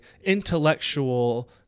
intellectual